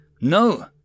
No